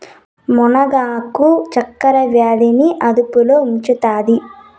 మునగ ఆకు చక్కర వ్యాధి ని అదుపులో ఉంచుతాది